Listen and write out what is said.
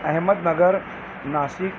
Ahmad Nagar Nashik